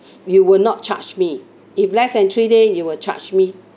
you will not charge me if less than three days you will charge me